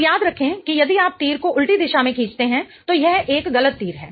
अब याद रखें कि यदि आप तीर को उल्टी दिशा में खींचते हैं तो यह एक गलत तीर है